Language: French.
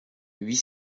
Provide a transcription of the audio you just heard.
huit